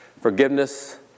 Forgiveness